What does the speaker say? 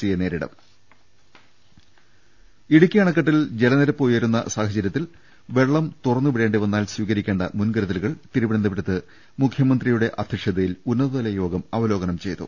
സിയെ നേരിടും രുട്ട്ട്ട്ട്ട്ട്ട്ട ഇടുക്കി അണക്കെട്ടിൽ ജലനിരപ്പുയരുന്ന സാഹചര്യത്തിൽ വെള്ളം തുറ ന്നുവിടേണ്ടിവന്നാൽ സ്വീകരിക്കേണ്ട മുൻകരുതലുകൾ തിരുവനന്തപുരത്ത് മുഖ്യമന്ത്രിയുടെ അധ്യക്ഷതയിൽ ഉന്നതതലയോഗം അവലോകനം ചെയ്തു